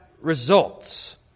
results